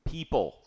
People